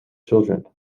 children